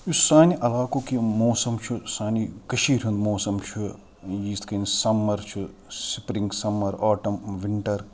یُس سانہِ علاقُک یہِ موسم چھُ سانہِ کٔشیٖرِ ہُنٛد موسم چھُ یِتھ کٔنۍ سَمَر چھُ سِپرِنٛگ سَمَر آٹَم وِنٹَر